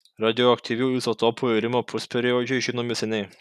radioaktyvių izotopų irimo pusperiodžiai žinomi seniai